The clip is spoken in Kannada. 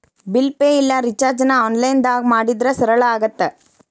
ಬಿಲ್ ಪೆ ಇಲ್ಲಾ ರಿಚಾರ್ಜ್ನ ಆನ್ಲೈನ್ದಾಗ ಮಾಡಿದ್ರ ಸರಳ ಆಗತ್ತ